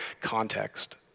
context